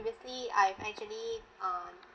basically I'm actually uh